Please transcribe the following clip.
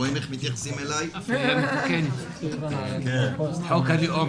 אני לא מודאג מהטירוף של חוק הלאום,